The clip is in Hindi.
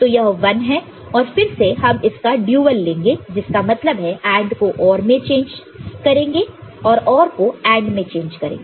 तो यह 1 है और फिर से हम इसका ड्यूल लेंगे जिसका मतलब है AND को OR में चेंज करेंगे और OR को AND में चेंज करेंगे